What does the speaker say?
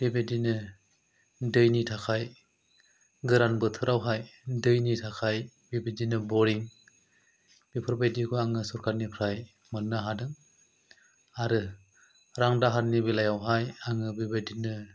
बेबादिनो दैनि थाखाय गोरान बोथोरावहाय दैनि थाखाय बेबादिनो बरिं बेफोरबादिखौ आङो सरकारनिफ्राय मोन्नो हादों आरो रां दाहारनि बेलायावहाय आङो बेबादिनो